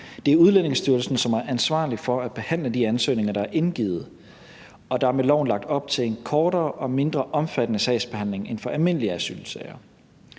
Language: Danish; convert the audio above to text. Det er Udlændingestyrelsen, som er ansvarlig for at behandle de ansøgninger, der er indgivet, og der er med loven lagt op til en kortere og mindre omfattende sagsbehandling end for almindelige asylsager.